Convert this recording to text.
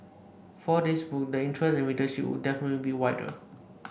for this book the interest and readership would definitely be wider